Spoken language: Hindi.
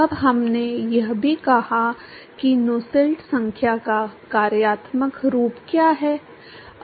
अब हमने यह भी कहा कि नुसेल्ट संख्या का कार्यात्मक रूप क्या है